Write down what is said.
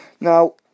Now